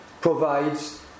provides